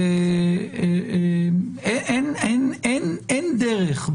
אין דרך,